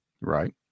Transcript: Right